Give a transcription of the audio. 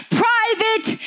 private